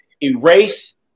erase